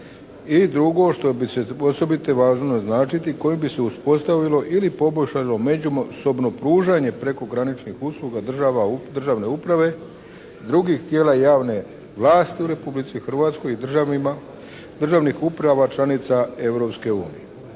i drugo što je osobito važno značiti, koje bi se uspostavilo ili poboljšalo međusobno pružanje prekograničnih usluga državne uprave, drugih tijela javne vlasti u Republici Hrvatskoj i državnih uprava članica